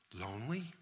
lonely